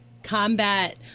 combat